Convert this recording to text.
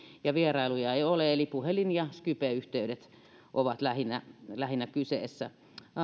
ja vierailuja ei ole eli puhelin ja skype yhteydet ovat lähinnä lähinnä kyseessä